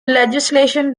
legislation